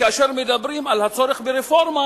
כאשר מדברים על הצורך ברפורמה,